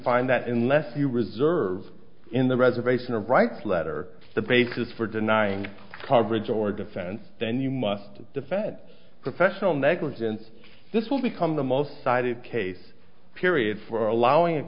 find that unless you reserve in the reservation a rights letter the basis for denying coverage or defense then you must defend professional negligence this will become the most cited case period for allowing a